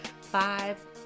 five